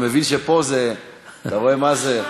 אתה מבין שפה זה, אתה רואה מה זה?